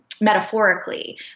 Metaphorically